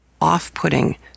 off-putting